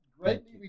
greatly